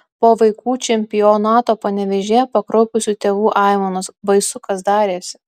po vaikų čempionato panevėžyje pakraupusių tėvų aimanos baisu kas darėsi